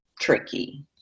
tricky